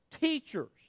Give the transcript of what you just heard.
teachers